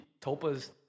Topas